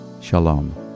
Shalom